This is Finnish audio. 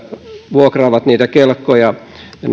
vuokraavat niitä kelkkoja